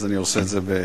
אז אני עושה את זה בכבוד.